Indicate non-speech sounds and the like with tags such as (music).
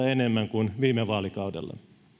(unintelligible) enemmän kuin viime vaalikaudella